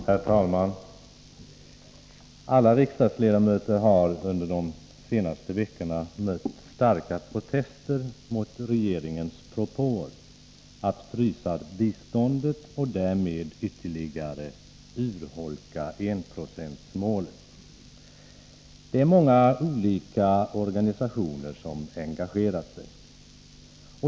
Herr talman! Alla riksdagsledamöter har under de senaste veckorna mött starka protester mot regeringens propåer att frysa biståndet och därmed ytterligare urholka enprocentsmålet. Det är många olika organisationer som engagerat sig.